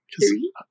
three